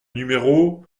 numéro